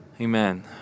Amen